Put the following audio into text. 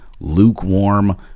lukewarm